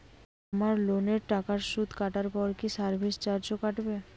আমার লোনের টাকার সুদ কাটারপর কি সার্ভিস চার্জও কাটবে?